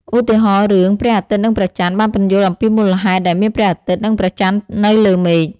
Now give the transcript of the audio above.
ឧទាហរណ៍ រឿង ព្រះអាទិត្យនិងព្រះចន្ទបានពន្យល់អំពីមូលហេតុដែលមានព្រះអាទិត្យនិងព្រះចន្ទនៅលើមេឃ។